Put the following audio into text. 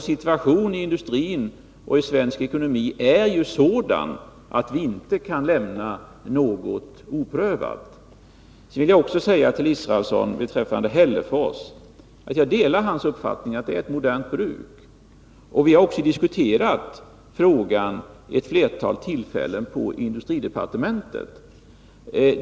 Situationen inom industrin och i den svenska ekonomin är sådan att vi inte kan lämna något oprövat. Sedan vill jag också till herr Israelsson säga att jag beträffande Hällefors delar hans uppfattning att det är ett modernt bruk. Vi har också diskuterat frågan vid ett flertal tillfällen på industridepartementet.